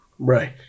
Right